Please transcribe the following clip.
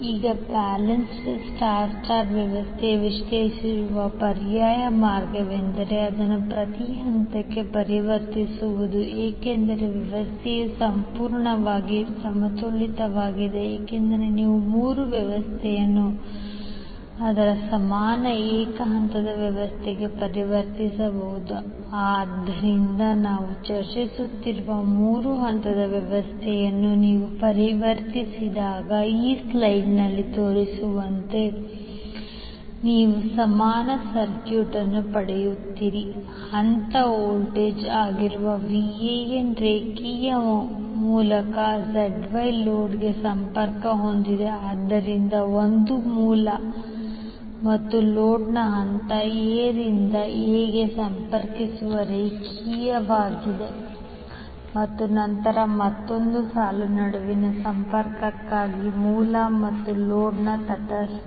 ಈಗ balance star star ವ್ಯವಸ್ಥೆಯನ್ನು ವಿಶ್ಲೇಷಿಸುವ ಪರ್ಯಾಯ ಮಾರ್ಗವೆಂದರೆ ಅದನ್ನು ಪ್ರತಿ ಹಂತಕ್ಕೆ ಪರಿವರ್ತಿಸುವುದು ಏಕೆಂದರೆ ವ್ಯವಸ್ಥೆಯು ಸಂಪೂರ್ಣವಾಗಿ ಸಮತೋಲಿತವಾಗಿದೆ ಏಕೆಂದರೆ ನೀವು ಮೂರು ವ್ಯವಸ್ಥೆಯನ್ನು ಅದರ ಸಮಾನ ಏಕ ಹಂತದ ವ್ಯವಸ್ಥೆಗೆ ಪರಿವರ್ತಿಸಬಹುದು ಆದ್ದರಿಂದ ನಾವು ಚರ್ಚಿಸುತ್ತಿರುವ ಮೂರು ಹಂತದ ವ್ಯವಸ್ಥೆಯನ್ನು ನೀವು ಪರಿವರ್ತಿಸಿದಾಗ ಈ ಸ್ಲೈಡ್ನಲ್ಲಿ ತೋರಿಸಿರುವಂತೆ ನೀವು ಸಮಾನ ಸರ್ಕ್ಯೂಟ್ ಅನ್ನು ಪಡೆಯುತ್ತೀರಿ ಹಂತ ವೋಲ್ಟೇಜ್ ಆಗಿರುವ Vanರೇಖೆಯ ಮೂಲಕ ZY ಲೋಡ್ಗೆ ಸಂಪರ್ಕ ಹೊಂದಿದೆ ಆದ್ದರಿಂದ ಒಂದು ಮೂಲ ಮತ್ತು ಲೋಡ್ನ ಹಂತ A ರಿಂದ A ಗೆ ಸಂಪರ್ಕಿಸುವ ರೇಖೆಯಾಗಿದೆ ಮತ್ತು ನಂತರ ಮತ್ತೊಂದು ಸಾಲು ನಡುವಿನ ಸಂಪರ್ಕಕ್ಕಾಗಿ ಮೂಲ ಮತ್ತು ಲೋಡ್ನ ತಟಸ್ಥ